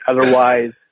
Otherwise